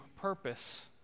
purpose